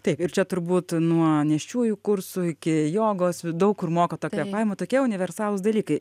taip ir čia turbūt nuo nėščiųjų kursų iki jogos v daug kur moko to kvėpavimo tokie universalūs dalykai